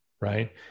right